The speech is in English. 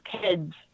kids